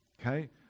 Okay